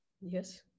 Yes